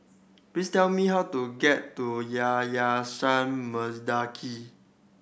please tell me how to get to Yayasan Mendaki